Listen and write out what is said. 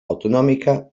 autonòmica